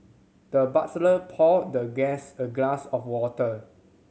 the butler poured the guest a glass of water